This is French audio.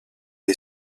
est